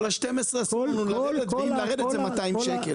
ירידה עולה 200 שקל.